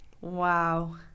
Wow